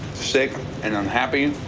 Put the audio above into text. sick and unhappy.